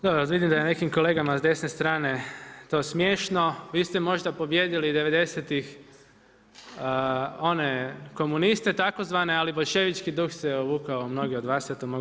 Dobro vidim da je nekim kolegama s desne strane to smiješno, vi ste možda pobijedili devedesetih one komuniste takozvane, ali boljševički duh se uvukao u mnoge od vas i ja to mogu